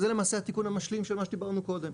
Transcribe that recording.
זה למעשה התיקון המשלים של מה שדיברנו קודם.